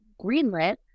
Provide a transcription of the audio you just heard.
greenlit